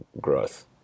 growth